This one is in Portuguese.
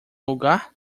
lugar